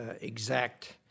exact